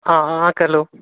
ആ ആ ആക്കാമല്ലോ